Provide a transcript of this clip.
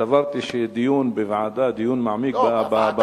סברתי שדיון מעמיק בנושא בוועדה,